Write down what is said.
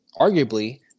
arguably